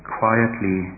quietly